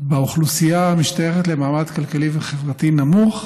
באוכלוסייה המשתייכת למעמד כלכלי וחברתי נמוך,